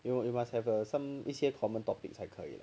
you know you must have a some 一些 common topic 才可以